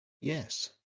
Yes